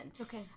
Okay